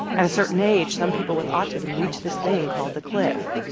at a certain age, some people with autism reach this thing called the cliff,